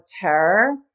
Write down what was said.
terror